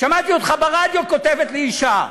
"שמעתי אותך ברדיו", כותבת לי אישה,